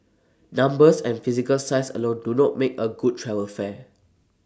numbers and physical size alone do not make A good travel fair